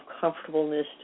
comfortableness